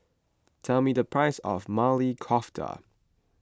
tell me the price of Maili Kofta